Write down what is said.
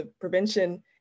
prevention